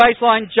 baseline